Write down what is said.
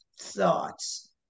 thoughts